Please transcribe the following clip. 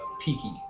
Peaky